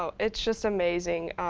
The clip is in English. ah it's just amazing.